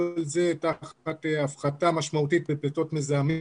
זה תחת הפחתה משמעותית בפליטות מזהמים